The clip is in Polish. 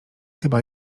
chyba